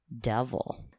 devil